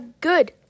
good